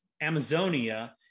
amazonia